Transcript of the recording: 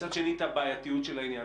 מצד שני את הבעייתיות של העניין,